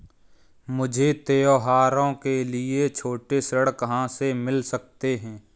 मुझे त्योहारों के लिए छोटे ऋण कहाँ से मिल सकते हैं?